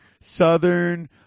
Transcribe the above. Southern